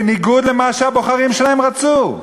בניגוד למה שהבוחרים שלהם רצו?